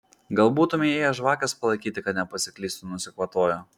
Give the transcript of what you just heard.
gal būtumei ėjęs žvakės palaikyti kad nepasiklystų nusikvatojo